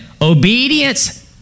obedience